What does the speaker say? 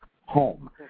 home